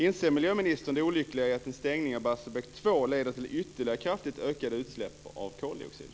Inser miljöministern det olyckliga i att en stängning av Barsebäck 2 leder till ytterligare kraftigt ökade utsläpp av koldioxid?